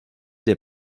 des